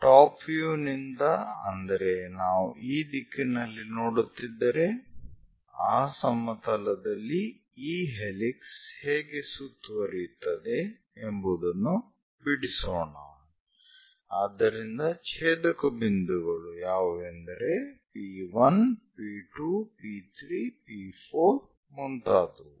top view ನಿಂದ ಅಂದರೆ ನಾವು ಈ ದಿಕ್ಕಿನಲ್ಲಿ ನೋಡುತ್ತಿದ್ದರೆ ಆ ಸಮತಲದಲ್ಲಿ ಈ ಹೆಲಿಕ್ಸ್ ಹೇಗೆ ಸುತ್ತುವರಿಯುತ್ತದೆ ಎಂಬುವುದನ್ನು ಬಿಡಿಸೋಣ ಆದ್ದರಿಂದ ಛೇದಕ ಬಿಂದುಗಳು ಯಾವುವೆಂದರೆ P1 P2 P3 P4 ಮುಂತಾದವು